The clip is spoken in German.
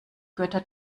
götter